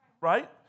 Right